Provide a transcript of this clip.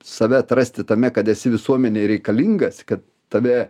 save atrasti tame kad esi visuomenei reikalingas kad tave